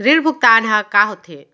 ऋण भुगतान ह का होथे?